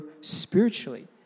spiritually